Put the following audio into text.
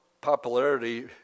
popularity